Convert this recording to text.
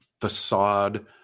facade